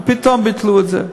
ופתאום ביטלו את זה.